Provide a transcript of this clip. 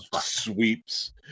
sweeps